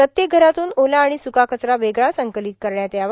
प्रत्येक घरातून ओला आणि स्का कचरा वेगवेगळा संकलीत करण्यात यावा